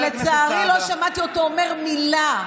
שלצערי לא שמעתי אותו אומר מילה,